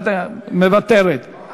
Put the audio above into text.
מוותרת,